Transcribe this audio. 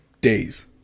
Days